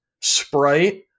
Sprite